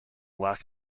lack